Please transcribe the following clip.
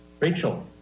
Rachel